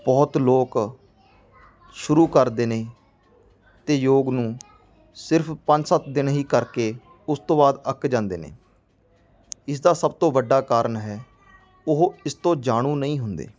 ਬਹੁਤ ਲੋਕ ਸ਼ੁਰੂ ਕਰਦੇ ਨੇ ਅਤੇ ਯੋਗ ਨੂੰ ਸਿਰਫ ਪੰਜ ਸੱਤ ਦਿਨ ਹੀ ਕਰਕੇ ਉਸ ਤੋਂ ਬਾਅਦ ਅੱਕ ਜਾਂਦੇ ਨੇ ਇਸ ਦਾ ਸਭ ਤੋਂ ਵੱਡਾ ਕਾਰਨ ਹੈ ਉਹ ਇਸ ਤੋਂ ਜਾਣੂ ਨਹੀਂ ਹੁੰਦੇ